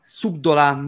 subdola